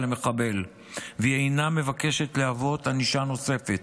מחבל והיא אינה מבקשת להוות ענישה נוספת.